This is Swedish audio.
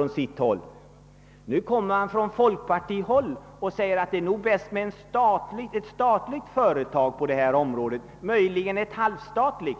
Nu säger företrädare för folkpartiet att det nog är bäst med ett statligt företag på detta område, möjligen ett halvstatligt.